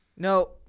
No